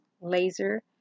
laser